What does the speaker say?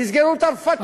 תסגרו את הרפתות.